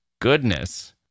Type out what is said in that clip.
goodness